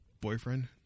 boyfriend